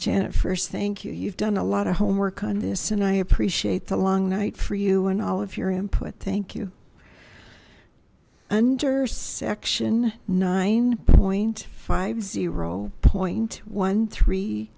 janet first thank you you've done a lot of homework on this and i appreciate the long night for you and all of your input thank you under section nine point five zero point one three